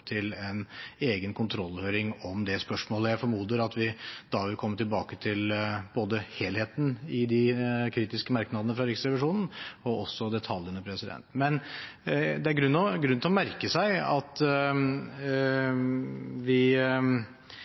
til en egen kontrollhøring om det spørsmålet. Jeg formoder at vi da vil komme tilbake både til helheten i de kritiske merknadene fra Riksrevisjonen og til detaljene. Jeg har lyst til å gi noen merknader knyttet til